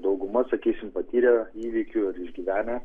dauguma sakysim patyrę įvykių ar išgyvenę